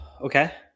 Okay